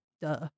Duh